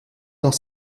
dans